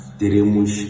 teremos